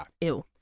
Ew